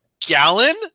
gallon